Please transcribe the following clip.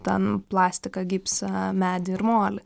ten plastiką gipsą medį ir molį